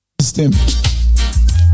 system